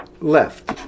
left